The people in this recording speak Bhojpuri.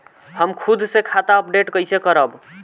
हम खुद से खाता अपडेट कइसे करब?